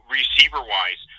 receiver-wise